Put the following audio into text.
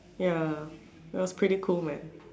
ya it was pretty cool man